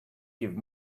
give